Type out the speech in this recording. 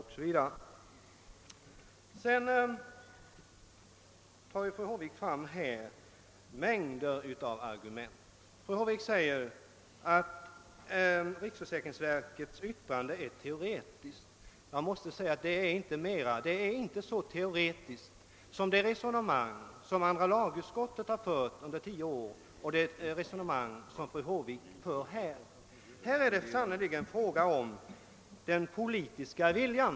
Fru Håvik tog fram mängder av argument. Hon sade att riksförsäkringsverkets yttrande är teoretiskt, men det är inte så teoretiskt som det resonemang som andra lagutskottet fört under tio år och som fru Håvik kom med. Här är det sannerligen fråga om den politiska viljan.